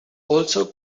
also